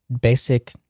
basic